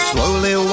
Slowly